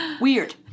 Weird